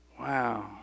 Wow